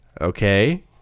Okay